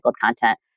content